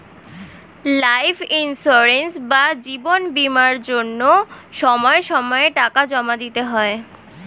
life insurance বা জীবন বীমার জন্য সময় সময়ে টাকা জমা দিতে হয়